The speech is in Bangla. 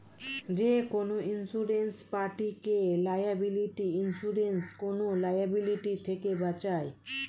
যেকোনো ইন্সুরেন্স পার্টিকে লায়াবিলিটি ইন্সুরেন্স কোন লায়াবিলিটি থেকে বাঁচায়